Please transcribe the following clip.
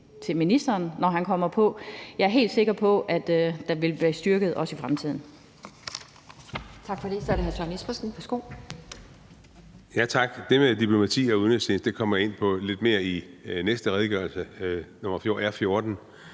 til ministeren, når han kommer på talerstolen. Jeg er helt sikker på, at der vil blive styrket, også i fremtiden.